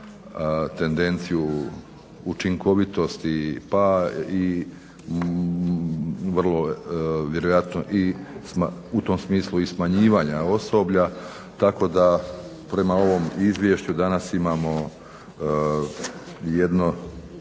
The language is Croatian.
tendenciju učinkovitosti pa i vrlo vjerojatno i u tom smislu smanjivanja osoblja tako da prema ovom izvješću danas imamo kako